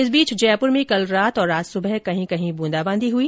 इस बीच जयपुर में कल रात और आज सुबह कहीं कहीं ब्रंदाबांदी हुई